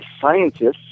scientists